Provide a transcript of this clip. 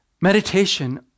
Meditation